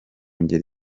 ngeri